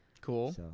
Cool